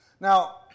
Now